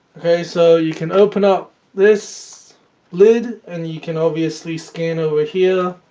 okay so you can open up this lid and you can obviously scan over here